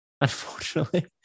unfortunately